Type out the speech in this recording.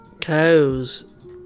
Cows